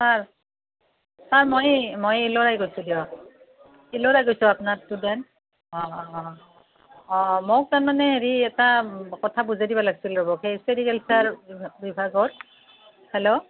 sir sir মই মই ইলোৰাই কৈছোঁ দিয়ক ইলোৰাই কৈছোঁ আপোনাৰ ষ্টুডেণ্ট অঁ অঁ অঁ অঁ মোক তাৰমানে হেৰি এটা কথা বুজাই দিব লাগিছিল ৰ'ব সেই ছেৰিকালচাৰ বিভাগত হেল্ল'